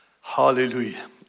Hallelujah